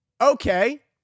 Okay